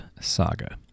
saga